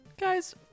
Guys